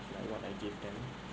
like what I did